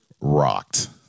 rocked